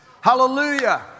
Hallelujah